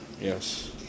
Yes